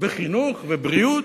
חינוך ובריאות,